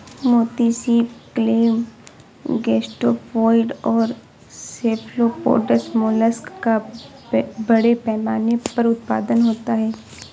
मोती सीप, clam, gastropods और सेफलोपोड्स मोलस्क का बड़े पैमाने पर उत्पादन होता है